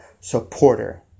supporter